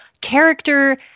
character